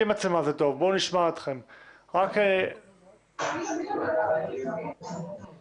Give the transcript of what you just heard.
אין לו מקומות עבודה,